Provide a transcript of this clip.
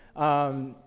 um,